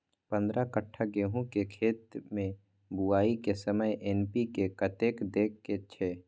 पंद्रह कट्ठा गेहूं के खेत मे बुआई के समय एन.पी.के कतेक दे के छे?